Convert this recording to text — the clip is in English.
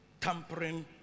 tampering